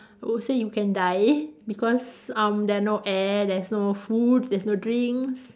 I would say you can die because um there are no air there's no food there's no drinks